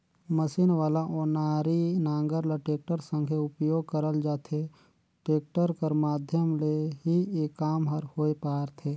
machine वाला ओनारी नांगर ल टेक्टर संघे उपियोग करल जाथे, टेक्टर कर माध्यम ले ही ए काम हर होए पारथे